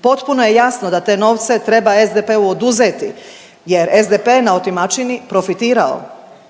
Potpuno je jasno da te novce treba SDP-u oduzeti jer je SDP na otimačini profitirao.